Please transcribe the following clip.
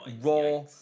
raw